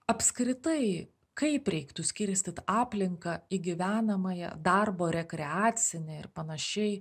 apskritai kaip reiktų skirstyt aplinką į gyvenamąją darbo rekreacinę ir panašiai